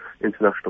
international